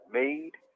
made